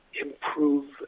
improve